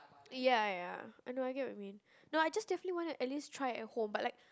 ya ya ya I know I get what you mean no I just definitely want to at least try at home but like